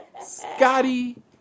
Scotty